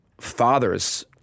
fathers